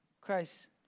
Christ